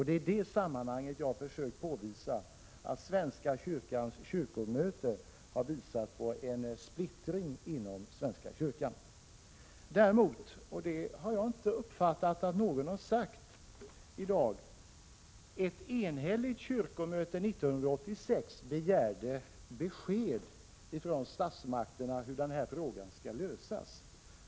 Det är i det sammanhanget jag försökt påvisa att svenska kyrkans kyrkomöte visade på en splittring inom svenska kyrkan. Däremot har jag inte hört någon i dag säga att ett enhälligt kyrkomöte 1986 begärde besked från statsmakterna hur denna fråga skulle lösas.